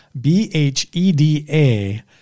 B-H-E-D-A